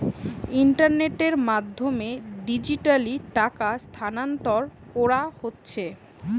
ইন্টারনেটের মাধ্যমে ডিজিটালি টাকা স্থানান্তর কোরা হচ্ছে